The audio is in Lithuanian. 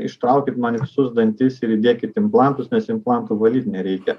ištraukit man visus dantis ir įdėkit implantus nes implantų valyt nereikia